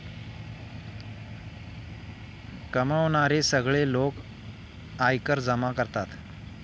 कमावणारे सगळे लोक आयकर जमा करतात